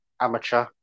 amateur